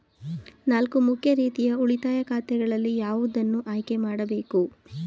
ನಾಲ್ಕು ಮುಖ್ಯ ರೀತಿಯ ಉಳಿತಾಯ ಖಾತೆಗಳಲ್ಲಿ ಯಾವುದನ್ನು ಆಯ್ಕೆ ಮಾಡಬೇಕು?